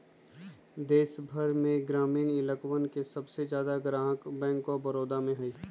देश भर में ग्रामीण इलकवन के सबसे ज्यादा ग्राहक बैंक आफ बडौदा में हई